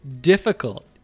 difficult